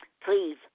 Please